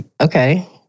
Okay